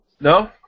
No